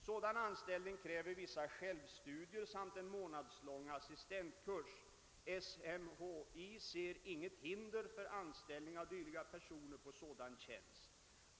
Sådan anställning kräver vissa självstudier samt en månadslång assistentkurs. SMHI ser inget hinder. för anställning av dylika personer på: så? dan tjänst.